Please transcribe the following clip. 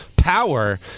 Power